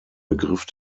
begriff